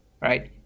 right